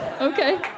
Okay